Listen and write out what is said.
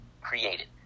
created